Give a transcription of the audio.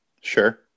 Sure